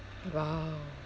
!wow!